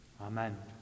Amen